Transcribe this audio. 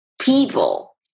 People